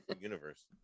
universe